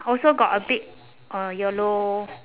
also got a bit uh yellow